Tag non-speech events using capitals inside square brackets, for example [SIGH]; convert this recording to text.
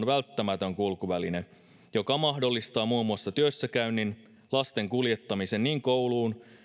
[UNINTELLIGIBLE] välttämätön kulkuväline joka mahdollistaa muun muassa työssäkäynnin lasten kuljettamisen niin kouluun